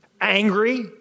Angry